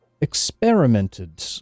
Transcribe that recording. experimented